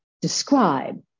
describe